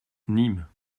nîmes